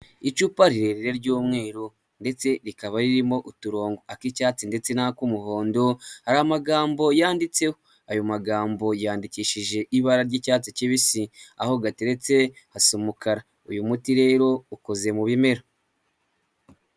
Icupa rirerire ry'umweru, ndetse rikaba ririmo uturongo ak'icyatsi ndetse n'ak'umuhondo, hari amagambo yanditseho, ayo magambo yandikishije ibara ry'icyatsi kibisi, aho gateretse hasa umukara uyu muti rero ukoze mu bimera.